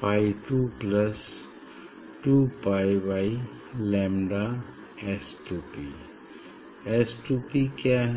phi 2 plus 2 pi by lambda S2P S2P क्या है